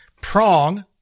Prong